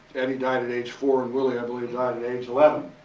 eddie died at age four, and willie i believe died at age eleven.